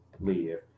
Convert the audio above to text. live